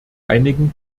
einigen